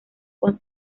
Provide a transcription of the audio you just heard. con